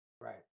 Right